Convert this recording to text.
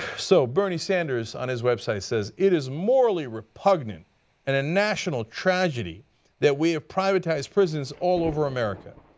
so bernie sanders on his website says, it is morally repugnant and a national tragedy that we have privatized prisons all over america.